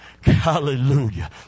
Hallelujah